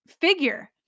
figure